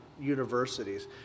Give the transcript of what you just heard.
universities